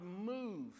move